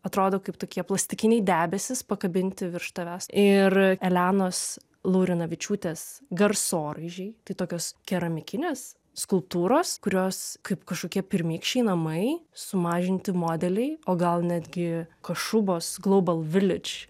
atrodo kaip tokie plastikiniai debesys pakabinti virš tavęs ir elenos laurinavičiūtės garsoraižiai tai tokios keramikinės skulptūros kurios kaip kažkokie pirmykščiai namai sumažinti modeliai o gal netgi košubos global vilidž